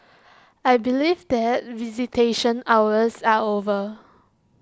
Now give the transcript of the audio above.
I believe that visitation hours are over